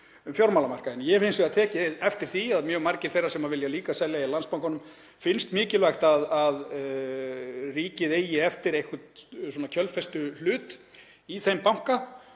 um fjármálamarkaðinn. Ég hef hins vegar tekið eftir því að mjög mörgum þeirra sem vilja líka selja í Landsbankanum finnst mikilvægt að ríkið eigi eftir einhvern kjölfestuhlut í þeim banka